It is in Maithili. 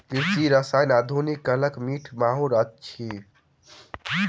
कृषि रसायन आधुनिक कालक मीठ माहुर अछि